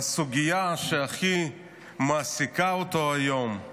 והסוגיה שהכי מעסיקה אותו היום היא